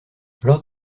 lord